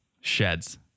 sheds